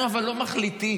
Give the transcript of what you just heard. אבל אנחנו לא מחליטים